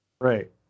Right